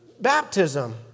baptism